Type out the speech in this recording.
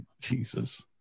jesus